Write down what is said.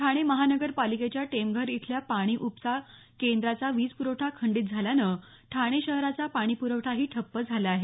ठाणे महानगरपालिकेच्या टेमघर इथल्या पाणी उपसा केंद्राचा वीज प्रवठा खंडीत झाल्यानं ठाणे शहराचा पाणी प्रवठाही ठप्प झाला आहे